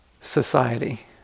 society